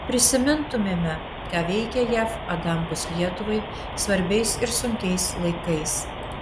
prisimintumėme ką veikė jav adamkus lietuvai svarbiais ir sunkiais laikais